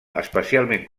especialment